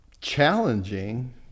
challenging